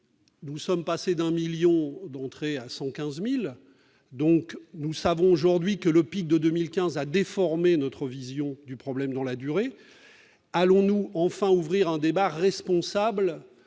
nous sommes passés d'un million à 115 000 entrées. Nous savons donc aujourd'hui que le pic de 2015 a déformé notre vision du problème dans la durée. Allons-nous enfin ouvrir un débat responsable